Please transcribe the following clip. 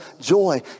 joy